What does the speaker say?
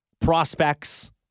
prospects